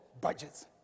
budgets